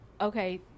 Okay